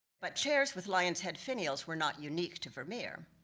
but chairs with lion's head finials were not unique to vermeer.